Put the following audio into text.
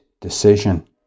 decision